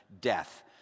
death